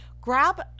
Grab